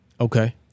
Okay